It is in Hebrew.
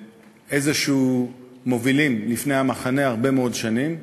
איזשהם מובילים לפני המחנה הרבה מאוד שנים,